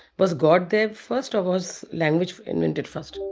was god there first, or was language invented first?